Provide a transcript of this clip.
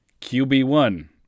QB1